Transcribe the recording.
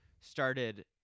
started